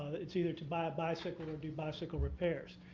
it's either to buy a bicycle or do bicycle repairs.